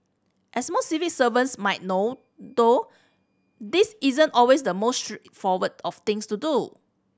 as most civil servants might know though this isn't always the most straightforward of things to do